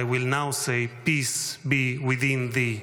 I will now say, Peace be within thee/"